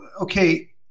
okay